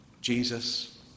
Jesus